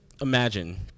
imagine